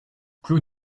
clos